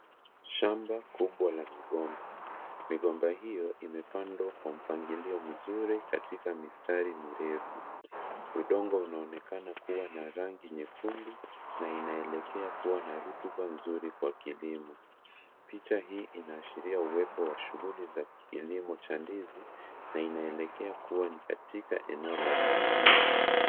Shamba kubwa la migomba. Migomba hiyo imepandwa kwa mpangilio mzuri katika mistari mirefu. Udongo unaonekana kuwa na rangi nyekundu, na inaelekea kuwa na rutuba nzuri kwa kilimo. Picha hii inaashiria uwepo wa shughuli za kilimo cha ndizi, na inaelekea kuwa ni katika eneo la vijijini.